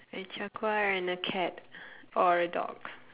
a jaguar and a cat or a dog